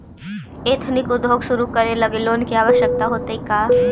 Ethnic उद्योग शुरू करे लगी लोन के आवश्यकता होतइ का?